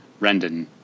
Rendon